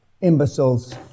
Imbeciles